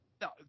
No